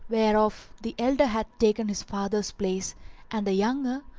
whereof the elder hath taken his father's place and the younger,